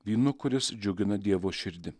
vynu kuris džiugina dievo širdį